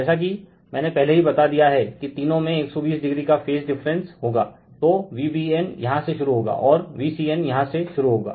जेसा किमैने पहले ही बता दिया है कि तीनो में 120o का फेज डिफरेंस होगातो Vbnयहाँ से शुरू होगा और Vcnयहाँ से शुरु होगा